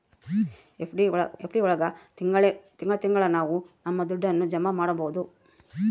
FD ಒಳಗ ತಿಂಗಳ ತಿಂಗಳಾ ನಾವು ನಮ್ ದುಡ್ಡನ್ನ ಜಮ ಮಾಡ್ಬೋದು